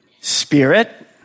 spirit